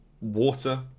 Water